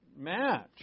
match